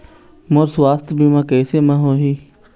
मोर सुवास्थ बीमा कैसे म होही?